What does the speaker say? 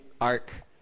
ark